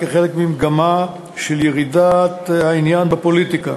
כחלק ממגמה של ירידת העניין בפוליטיקה.